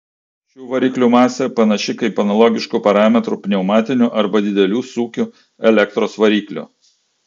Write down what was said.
šių variklių masė panaši kaip analogiškų parametrų pneumatinių arba didelių sūkių elektros variklių